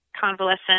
convalescent